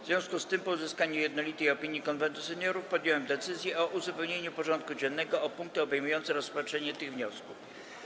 W związku z tym, po uzyskaniu jednolitej opinii Konwentu Seniorów, podjąłem decyzję o uzupełnieniu porządku dziennego o punkty obejmujące rozpatrzenie tych wniosków.